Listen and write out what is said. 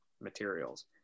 materials